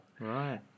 right